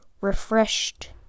Refreshed